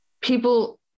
people